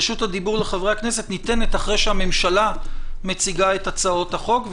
רשות הדיבור לחברי הכנסת ניתנת אחרי שהממשלה מציגה את הצעות החוק,